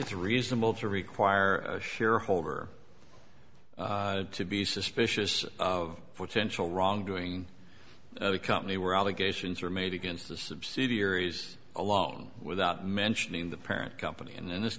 it's reasonable to require a shareholder to be suspicious of potential wrongdoing at the company were allegations are made against the subsidiaries alone without mentioning the parent company in this